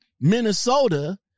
Minnesota